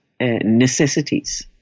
necessities